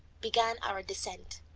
began our descent.